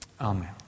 Amen